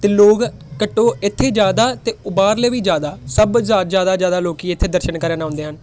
ਅਤੇ ਲੋਕ ਘੱਟੋ ਇੱਥੇ ਜ਼ਿਆਦਾ ਅਤੇ ਉ ਬਾਹਰਲੇ ਵੀ ਜ਼ਿਆਦਾ ਸਭ ਜਿਆ ਜ਼ਿਆਦਾ ਜ਼ਿਆਦਾ ਲੋਕ ਇੱਥੇ ਦਰਸ਼ਨ ਕਰਨ ਆਉਂਦੇ ਹਨ